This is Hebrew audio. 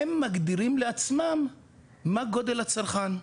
הם מגדירים לעצמם מה גודל הצרכן,